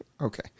Okay